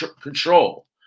control